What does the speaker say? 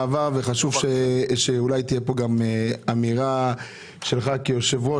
חשוב שאולי תהיה גם אמירה שלך כיושב ראש